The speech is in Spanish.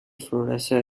florece